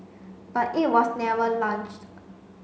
but it was never launched